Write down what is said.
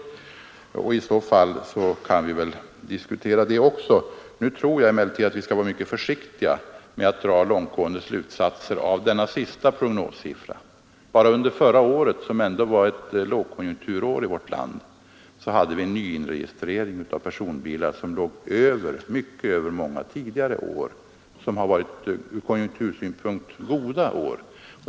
I så fall kan vi väl diskutera det också. Nu tror jag emellertid att vi skall vara mycket försiktiga med att dra långtgående slutsatser av denna senaste prognossiffra. Bara under förra året, som ändå var lågkonjunkturår i vårt land, hade vi en nyinregistrering av personbilar som låg mycket över den under många tidigare, ur konjunktursynpunkt goda år.